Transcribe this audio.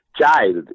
child